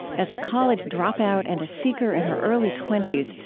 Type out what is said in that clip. as a college dropout and a seeker in her early twenty s,